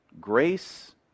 grace